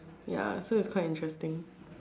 ya so it's quite interesting